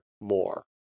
more